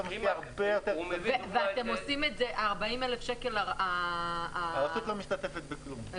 --- ה- 40,000 שקל --- הרשות לא משתתפת בכלום,